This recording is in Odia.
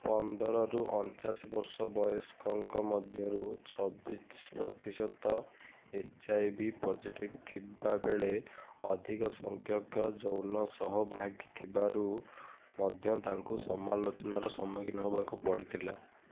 ପନ୍ଦରରୁ ଅଣଚାଶ ବର୍ଷ ବୟସ୍କଙ୍କ ମଧ୍ୟରୁ ଛବିଶି ପ୍ରତିଶତ ଏଚ୍ ଆଇ ଭି ପଜିଟିଭ୍ ଥିବାବେଳେ ଅଧିକ ସଂଖ୍ୟକ ଯୌନ ସହଭାଗୀ ଥିବାରୁ ମଧ୍ୟ ତାଙ୍କୁ ସମାଲୋଚନାର ସମ୍ମୁଖୀନ ହେବାକୁ ପଡ଼ିଥିଲା